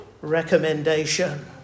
recommendation